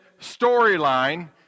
storyline